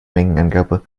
mengenangabe